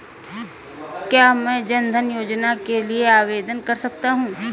क्या मैं जन धन योजना के लिए आवेदन कर सकता हूँ?